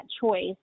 choice